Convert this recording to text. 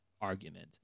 argument